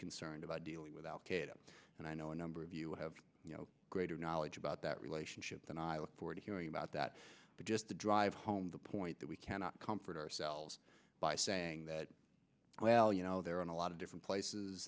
concerned about dealing with al qaeda and i know a number of you have greater knowledge about that relationship than i look forward to hearing about that but just to drive home the point that we cannot comfort ourselves by saying that well you know there are in a lot of different places